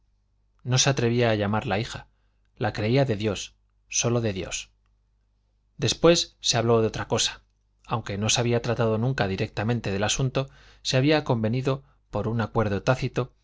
no se atrevía a llamarla su hija la creía de dios sólo de dios después se habló de otra cosa aunque no se había tratado nunca directamente del asunto se había convenido por un acuerdo tácito